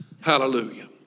Hallelujah